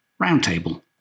roundtable